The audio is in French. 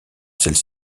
celle